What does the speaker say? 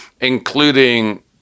including